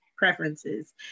preferences